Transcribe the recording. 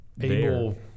able